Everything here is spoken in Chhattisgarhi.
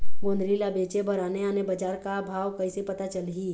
गोंदली ला बेचे बर आने आने बजार का भाव कइसे पता चलही?